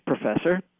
professor